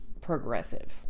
progressive